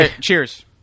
Cheers